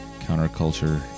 counterculture